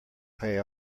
pay